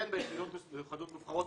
מכינות מסוימות ונבחרות,